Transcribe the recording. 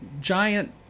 giant